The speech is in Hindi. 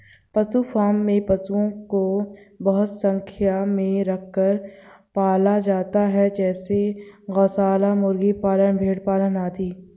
पशु फॉर्म में पशुओं को बहुत संख्या में रखकर पाला जाता है जैसे गौशाला, मुर्गी पालन, भेड़ पालन आदि